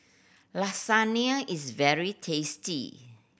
lasagne is very tasty